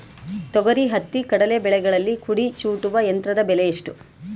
ತೊಗರಿ, ಹತ್ತಿ, ಕಡಲೆ ಬೆಳೆಗಳಲ್ಲಿ ಕುಡಿ ಚೂಟುವ ಯಂತ್ರದ ಬೆಲೆ ಎಷ್ಟು?